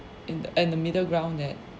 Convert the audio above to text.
in the and the middle ground that